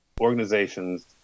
organizations